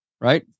Right